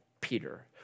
Peter